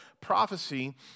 prophecy